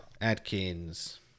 Adkins